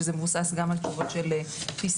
שזה מבוסס גם על תשובות של PCR,